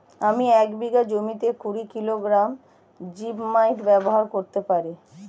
আমি এক বিঘা জমিতে কুড়ি কিলোগ্রাম জিপমাইট ব্যবহার করতে পারি?